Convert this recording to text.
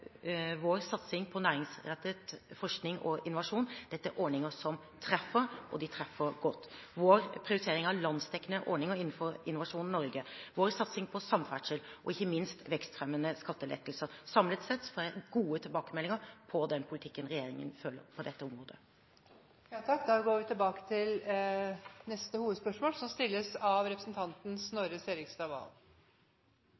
Vår satsing på næringsrettet forskning og innovasjon, vår prioritering av landsdekkende ordninger innenfor Innovasjon Norge, vår satsing på samferdsel og ikke minst vekstfremmende skattelettelser treffer – og treffer godt. Samlet sett får jeg gode tilbakemeldinger på den politikken regjeringen fører på dette området. Vi går til neste hovedspørsmål.